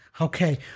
okay